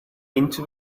into